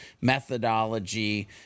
methodology